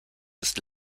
des